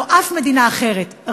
לא שום מדינה אחרת,